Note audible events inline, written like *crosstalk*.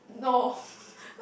*laughs*